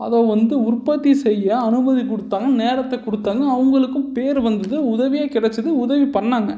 அதை வந்து உற்பத்தி செய்ய அனுமதி கொடுத்தாங்க நேரத்தை கொடுத்தாங்க அவங்களுக்கும் பேர் வந்துது உதவியே கிடச்சுது உதவி பண்ணுனாங்க